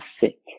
sick